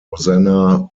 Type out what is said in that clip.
rosanna